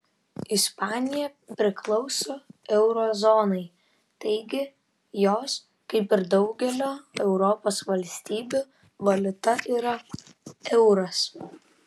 ispanija priklauso euro zonai taigi jos kaip ir daugelio europos valstybių valiuta yra euras